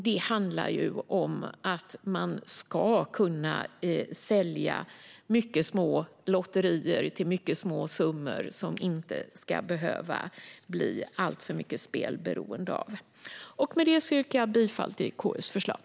Det handlar ju om att det ska gå att sälja lotter till mycket små summor, som inte ska behöva leda till alltför mycket spelberoende. Med detta yrkar jag bifall till KU:s förslag.